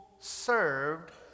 served